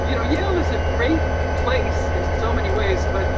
you know yale is a great place in so many ways, but